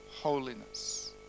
holiness